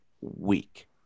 week